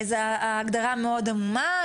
ההגדרה מאוד עמומה,